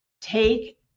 Take